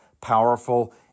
powerful